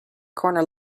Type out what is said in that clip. corner